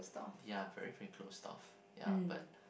ya very very close stuff ya but